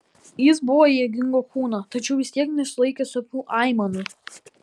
jis buvo jėgingo kūno tačiau vis tiek nesulaikė sopių aimanų